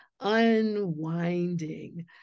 unwinding